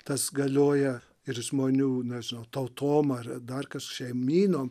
tas galioja ir žmonių nežinau tautom ar dar kas šeimynom